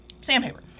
sandpaper